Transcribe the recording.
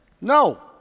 No